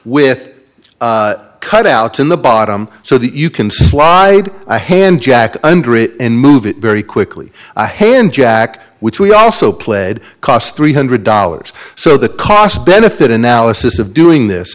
with cut outs in the bottom so that you can slide a hand jack under it and move it very quickly ahead jack which we also played cost three hundred dollars so the cost benefit analysis of doing this